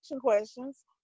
questions